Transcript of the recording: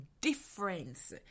difference